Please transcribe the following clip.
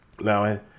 now